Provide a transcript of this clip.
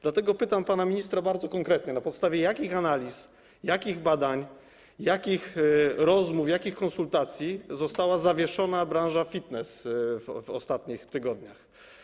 Dlatego pytam pana ministra bardzo konkretnie: Na podstawie jakich analiz, jakich badań, jakich rozmów, jakich konsultacji została zawieszona branża fitness w ostatnich tygodniach?